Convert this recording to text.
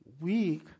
weak